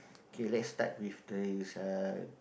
K let's start with this uh